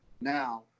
Now